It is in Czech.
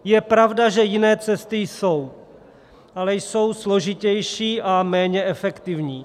Je pravda, že jiné cesty jsou, ale jsou složitější a méně efektivní.